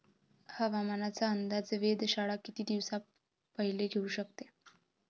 हवामानाचा अंदाज वेधशाळा किती दिवसा पयले देऊ शकते?